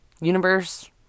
universe